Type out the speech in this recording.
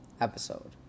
episode